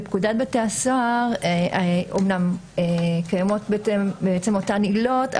בפקודת בתי הסוהר אומנם קיימות אותן עילות,